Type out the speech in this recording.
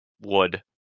wood